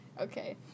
Okay